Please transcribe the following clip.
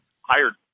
hired